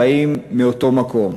באים מאותו מקום,